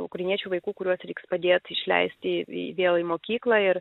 ukrainiečių vaikų kuriuos reiks padėt išleist į į vėl į mokyklą ir